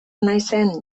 naizen